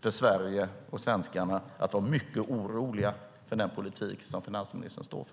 för Sverige och svenskarna att vara mycket oroliga för den politik som finansministern står för.